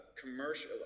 commercial